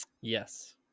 Yes